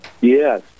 Yes